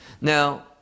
Now